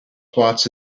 plots